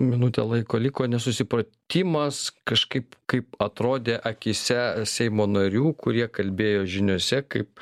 minutė laiko liko nesusipratimas kažkaip kaip atrodė akyse seimo narių kurie kalbėjo žiniose kaip